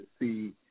see